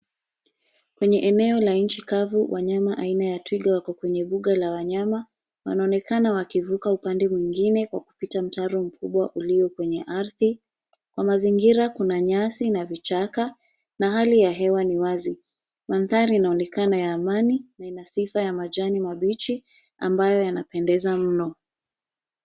Kwenye eneo la nchi kavu, wanyama aina ya twiga wako kwenye buga la wanyama. Wanaonekana wakivuka upande mwingine kwa kupita mtaro mkubwa ulio kwenye ardhi. Kwa mazingira kuna nyasi na vichaka na hali ya hewa ni wazi. Mandhari inaonekana ya amani na ina sifa ya majani mabichi ambayo yanapendeza mno.